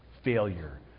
Failure